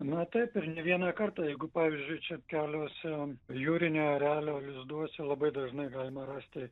na taip ir ne vieną kartą jeigu pavyzdžiui čepkeliuose jūrinio erelio lizduose labai dažnai galima rasti